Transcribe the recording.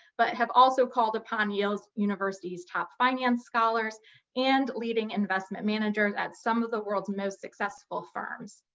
but have also called upon yale university's top finance scholars and leading investment managers at some of the world's most successful firms.